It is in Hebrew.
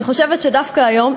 אני חושבת שדווקא היום,